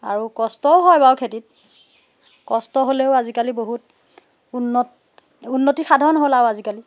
আৰু কষ্টও হয় বাৰু খেতিত কষ্ট হ'লেও আজিকালি বহুত উন্নত উন্নতি সাধন হ'ল আৰু আজিকালি